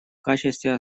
качестве